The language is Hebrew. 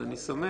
אז אני שמח,